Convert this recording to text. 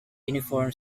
uniform